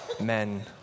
men